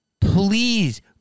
Please